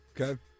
Okay